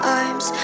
arms